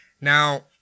Now